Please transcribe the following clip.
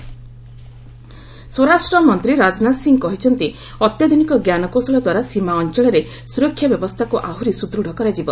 ରାଜସ୍ଥାନ ରାଜନାଥ ସ୍ୱରାଷ୍ଟ୍ର ମନ୍ତ୍ରୀ ରାଜନାଥ ସିଂ କହିଛନ୍ତି ଅତ୍ୟାଧୁନିକ ଜ୍ଞାନକୌଶଳ ଦ୍ୱାରା ସୀମା ଅଞ୍ଚଳରେ ସୁରକ୍ଷା ବ୍ୟବସ୍ଥାକୁ ଆହୁରି ସୁଦୃତ୍ କରାଯିବ